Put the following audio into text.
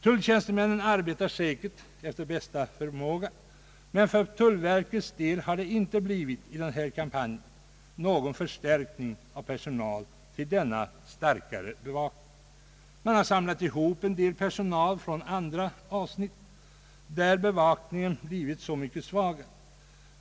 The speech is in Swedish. Tulltjänstemännen arbetar säkert efter bästa förmåga, men för tullverkets del har det i denna kampanj inte blivit någon förstärkning av personal till denna starkare bevakning. Man har samlat ihop en del personal från andra avsnitt, där bevakningen blivit så mycket svagare.